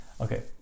Okay